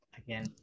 again